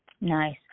Nice